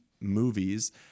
movies